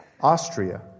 Austria